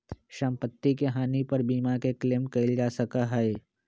सम्पत्ति के हानि पर बीमा के क्लेम कइल जा सका हई